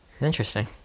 interesting